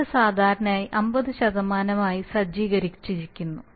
ഇത് സാധാരണയായി 50 ആയി സജ്ജീകരിച്ചിരിക്കുന്നു